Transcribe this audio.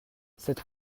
cette